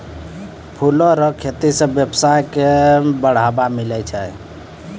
फूलो रो खेती से वेवसाय के बढ़ाबा मिलै छै